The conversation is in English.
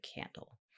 candle